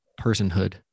personhood